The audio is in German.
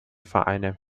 vereine